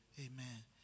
Amen